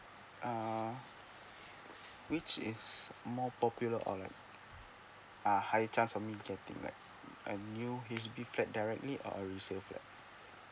uh which is more popular or like uh high chance of me getting like a new H_D_B flat directly or resale flat